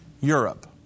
Europe